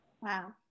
Wow